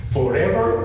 Forever